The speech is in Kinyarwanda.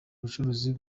ubucuruzi